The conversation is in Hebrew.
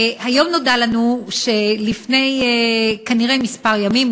היום נודע לנו שכנראה לפני כמה ימים,